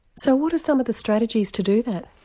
so what are some of the strategies to do that?